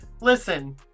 listen